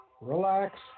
relax